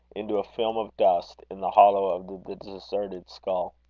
into a film of dust in the hollow of the deserted skull.